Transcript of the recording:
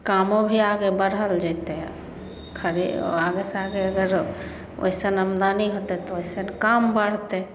कामो भी आगे बढ़ल जेतै खाली आगे सँ आगे एगो जे ओइसन आमदनी हेतै तऽ ओइसन काम बढ़तै